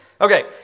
Okay